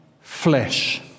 flesh